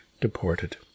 deported